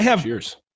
Cheers